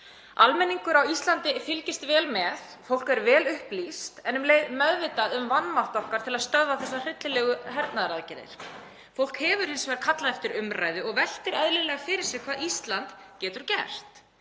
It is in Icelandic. Almenningur á Íslandi fylgist vel með, fólk er vel upplýst en um leið meðvitað um vanmátt okkar til að stöðva þessar hryllilegu hernaðaraðgerðir. Fólk hefur hins vegar kallað eftir umræðu og veltir eðlilega fyrir sér hvað Ísland getur gert.